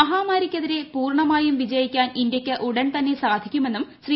മഹാമാരിക്കെതിരെ പൂർണമായും വിജയിക്കാൻ ഇന്ത്യയ്ക്ക് ഉടൻ തന്നെ സാധിക്കുമെന്നും ശ്രീ